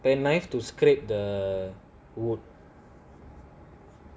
pen knife to scrape the wood